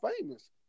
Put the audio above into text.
famous